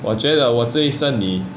我觉得我这一生里